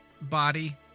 body